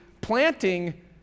planting